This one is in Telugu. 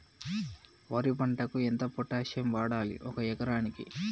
వరి పంటకు ఎంత పొటాషియం వాడాలి ఒక ఎకరానికి?